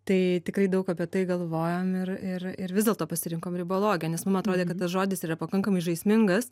tai tikrai daug apie tai galvojom ir ir ir vis dėlto pasirinkom ribologiją nes mum atrodė kad tas žodis yra pakankamai žaismingas